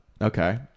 Okay